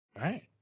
Right